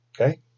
Okay